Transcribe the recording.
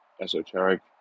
esoteric